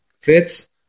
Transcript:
Fits